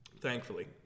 Thankfully